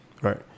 right